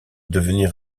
devenir